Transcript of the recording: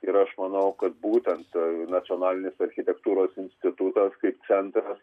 ir aš manau kad būtent nacionalinis architektūros institutas kaip centras